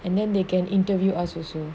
and then they can interview us also